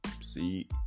see